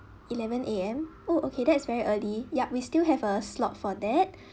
eleven A_M oh okay that's very early yup we still have a slot for that